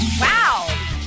Wow